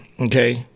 Okay